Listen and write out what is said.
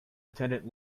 attendant